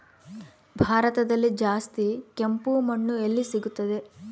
ಭಾರತದಲ್ಲಿ ಜಾಸ್ತಿ ಕೆಂಪು ಮಣ್ಣು ಎಲ್ಲಿ ಸಿಗುತ್ತದೆ?